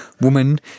woman